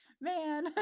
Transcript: man